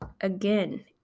again